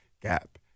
Gap